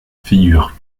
figurent